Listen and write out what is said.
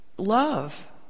Love